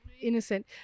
innocent